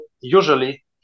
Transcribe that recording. usually